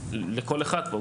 לכל אחד פה,